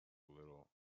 little